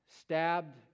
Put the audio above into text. Stabbed